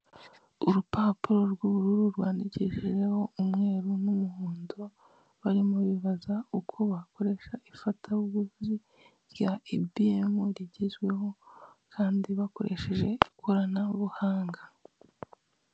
Urupapuro rw'ubururu rwandikishijeho umweru n'umuhondo barimo bibaza uko bakoresha ifatabuguzi rya IBM rigezweho kandi bakoresheje ikorana buhanga.